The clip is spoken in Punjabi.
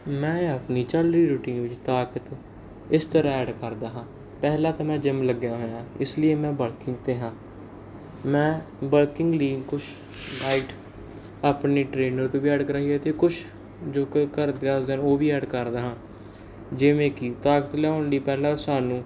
ਮੈਂ ਆਪਣੀ ਚੱਲ ਰਹੀ ਰੂਟੀਨ ਵਿੱਚ ਤਾਕਤ ਇਸ ਤਰ੍ਹਾਂ ਐਡ ਕਰਦਾ ਹਾਂ ਪਹਿਲਾ ਤਾਂ ਮੈਂ ਜਿੰਮ ਲੱਗਿਆ ਹੋਇਆਂ ਇਸ ਲਈ ਮੈਂ ਵਰਕਿੰਗ 'ਤੇ ਹਾਂ ਮੈਂ ਵਰਕਿੰਗ ਲਈ ਕੁਛ ਡਾਈਟ ਆਪਣੀ ਟਰੇਨਰ ਤੋਂ ਵੀ ਐਡ ਕਰਾਈ ਹੈ ਅਤੇ ਕੁਛ ਜੋ ਕੋਈ ਘਰ ਦੱਸਦਾ ਹੈ ਉਹ ਵੀ ਐਡ ਕਰਦਾ ਹਾਂ ਜਿਵੇਂ ਕਿ ਤਾਕਤ ਲਿਆਉਣ ਲਈ ਪਹਿਲਾਂ ਸਾਨੂੰ